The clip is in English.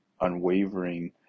unwavering